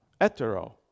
etero